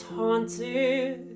haunted